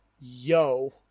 yo